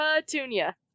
Petunia